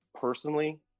personally